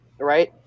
Right